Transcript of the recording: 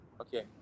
okay